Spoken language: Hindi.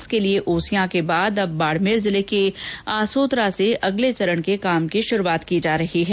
इसके लिए ओसिया के बाद अब बाड़मेर जिले के आसोतरा से अगले चरण के काम की शुरूआत की जा रही है